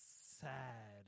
sad